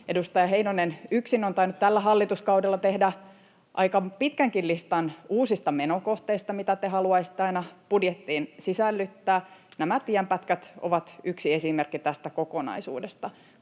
Edustaja Heinonen yksin on tainnut tällä hallituskaudella tehdä aika pitkänkin listan uusista menokohteista, mitä te haluaisitte aina budjettiin sisällyttää. Nämä tienpätkät ovat yksi esimerkki tästä kokonaisuudesta.